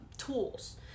tools